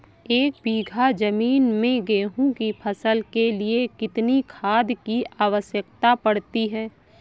एक बीघा ज़मीन में गेहूँ की फसल के लिए कितनी खाद की आवश्यकता पड़ती है?